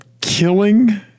killing